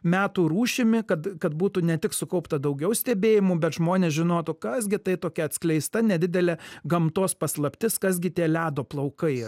metų rūšimi kad kad būtų ne tik sukaupta daugiau stebėjimų bet žmonės žinotų kas gi tai tokia atskleista nedidelė gamtos paslaptis kas gi tie ledo plaukai